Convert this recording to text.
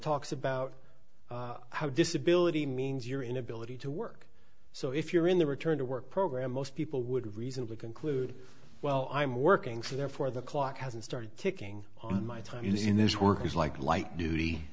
talks about how disability means your inability to work so if you're in the return to work program most people would reasonably conclude well i'm working so therefore the clock hasn't started ticking on my time using these workers like light duty